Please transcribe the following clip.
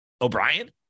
O'Brien